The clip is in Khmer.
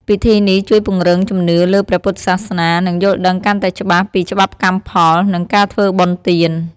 ពិធីនេះជួយពង្រឹងជំនឿលើព្រះពុទ្ធសាសនា និងយល់ដឹងកាន់តែច្បាស់ពីច្បាប់កម្មផល និងការធ្វើបុណ្យទាន។